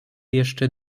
jeszcze